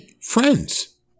friends